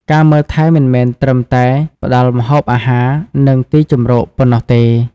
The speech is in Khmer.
ការមើលថែ មិនមែនត្រឹមតែផ្ដល់ម្ហូបអាហារ និងទីជម្រកប៉ុណ្ណោះទេ។